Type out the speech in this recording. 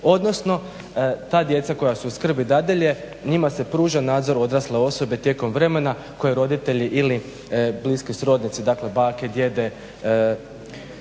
odnosno ta djeca koja su u skrbi dadilje njima se pruža nadzor odrasle osobe tijekom vremena koje roditelji ili bliski srodnici, dakle bake, djede i